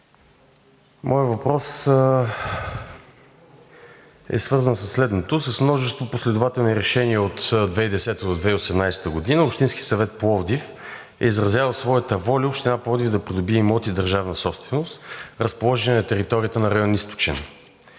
Моят въпрос е свързан със следното: с множество последователни решения от 2010-а до 2018 г. Общински съвет Пловдив е изразявал своята воля Община Пловдив да придобие имоти държавна собственост, разположени на територията на район „Източен“.